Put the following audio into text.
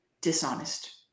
dishonest